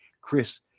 Chris